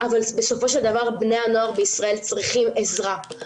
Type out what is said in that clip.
אבל בסופו של דבר בני הנוער בישראל צריכים עזרה.